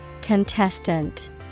Contestant